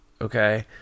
okay